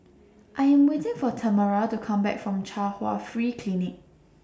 I Am waiting For Tamera to Come Back from Chung Hwa Free Clinic